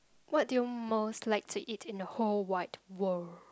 what do you most like to eat in the whole wide world